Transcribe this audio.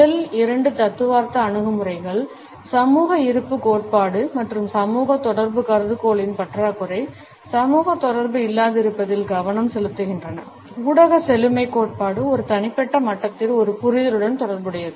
முதல் இரண்டு தத்துவார்த்த அணுகுமுறைகள் சமூக இருப்பு கோட்பாடு மற்றும் சமூக தொடர்பு கருதுகோளின் பற்றாக்குறை சமூக தொடர்பு இல்லாதிருப்பதில் கவனம் செலுத்துகின்றன ஊடக செழுமைக் கோட்பாடு ஒரு தனிப்பட்ட மட்டத்தில் ஒரு புரிதலுடன் தொடர்புடையது